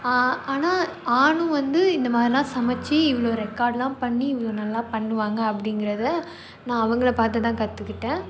ஆனால் ஆணும் வந்து இந்த மாதிரிலாம் சமைச்சி இவங்க ரெக்கார்ட்லாம் பண்ணி இவ்வளோ நல்லா பண்ணுவாங்க அப்படிங்கிறத நான் அவங்களை பார்த்து தான் கற்றுக்கிட்டேன்